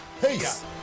Peace